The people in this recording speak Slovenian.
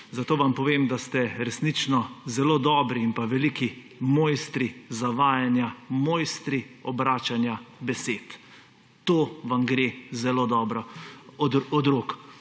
Zato vam povem, da ste resnično zelo dobri in veliki mojstri zavajanja, mojstri obračanja besed. To vam gre zelo dobro od rok!